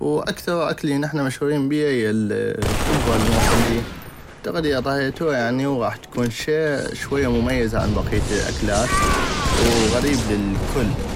واكثغ اكلي نحنا مشهورين بيا الكبة الموصلي اعتقد هيا الي طعيتوهاغاح اكون شي مميز عن بقية الاكلات وغريب للكل.